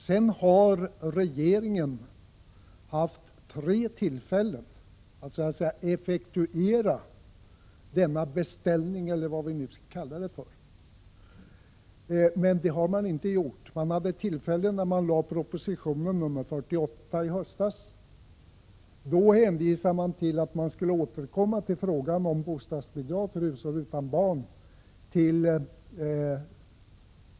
Sedan har regeringen haft tre tillfällen att effektuera denna beställning, eller vad vi nu skall kalla den. Men det har man inte gjort. Regeringen hade tillfälle när proposition nr 48 lades fram i höstas. Då hänvisade man till att regeringen i budgetpropositionen skulle återkomma till frågan om bostadsbidrag för hushåll utan barn.